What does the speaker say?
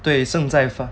对正在发